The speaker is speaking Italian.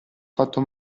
fatto